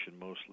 mostly